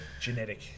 genetic